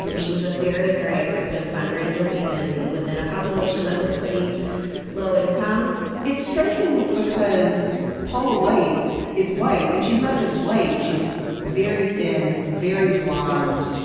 um she was a very very effective fundraiser even within a population that was pretty low income it's striking because paula white is white and she's not just white. she's very thin very blond.